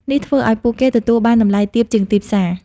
នេះធ្វើឲ្យពួកគេទទួលបានតម្លៃទាបជាងទីផ្សារ។